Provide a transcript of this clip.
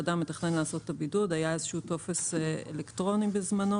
היה איזה שהוא טופס אלקטרוני בזמנו